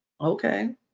okay